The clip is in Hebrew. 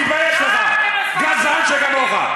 תתבייש לך, גזען שכמוך.